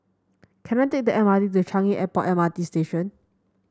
can I take the M R T to Changi Airport M R T Station